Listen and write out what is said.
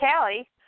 Callie